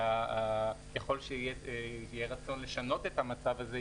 ככל שיהיה רצון לשנות את המצב הזה,